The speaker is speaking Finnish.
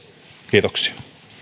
kiitoksia